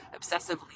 obsessively